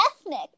ethnic